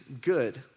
good